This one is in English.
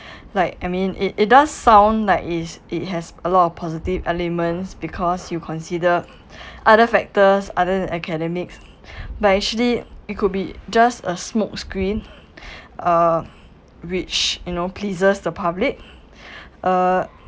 like I mean it it does sound like is it has a lot of positive elements because you consider other factors other than academics but actually it could be just a smokescreen uh which you know pleases the public uh